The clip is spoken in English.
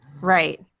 Right